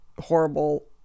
horrible